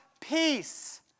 peace